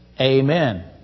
Amen